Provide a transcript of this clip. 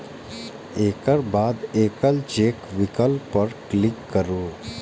एकर बाद एकल चेक विकल्प पर क्लिक करू